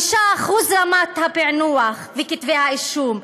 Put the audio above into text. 5% רמת הפענוח וכתבי אישום.